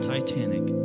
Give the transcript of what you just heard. Titanic